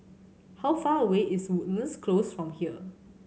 how far away is Woodlands Close from here